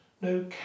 no